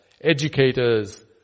educators